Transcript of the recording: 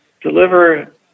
deliver